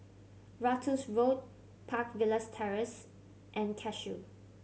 Ratus Road Park Villas Terrace and Cashew